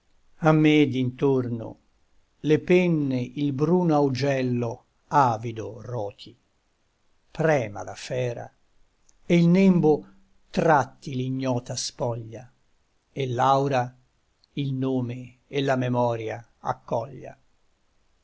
a me dintorno le penne il bruno augello avido roti prema la fera e il nembo tratti l'ignota spoglia e l'aura il nome e la memoria accoglia